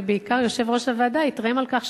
ובעיקר יושב-ראש הוועדה התרעם על כך,